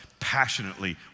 passionately